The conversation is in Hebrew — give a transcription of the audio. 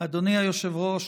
היושב-ראש,